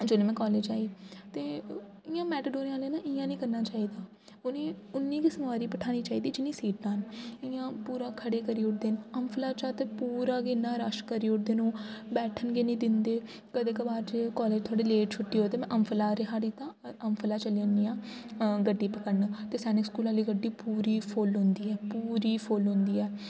जोल्लै में कॉलेज आई ते इ'यां मेटाडोरे आह्ले इ'यां निं करना चाहिदा उ'नें उ'न्नी गै सवारी बैठानी चाहिदी जि'न्नी सीटां न इ'यां पूरा खड़े करी ओड़दे न अंबफला चा ते पूरा गै इ'न्ना रश करी ओड़दे न ओह् बैठन गै निं दिंदे कदें कवार कॉलेज थोह्ड़ी लेट छुट्टी होवै ते अंबफला रिहाड़ी दा अंबफला चली जन्नी आं गड्डी पकड़न ते सैनिक स्कूल आह्ली गड्डी पूरी फुल होंदी ऐ पूरी फुल होंदी ऐ